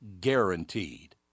guaranteed